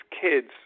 kids